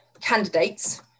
candidates